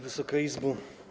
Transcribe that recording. Wysoka Izbo!